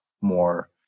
more